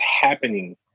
happening